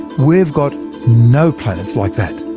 we've got no planets like that.